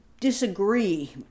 disagree